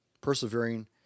persevering